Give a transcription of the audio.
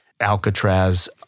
Alcatraz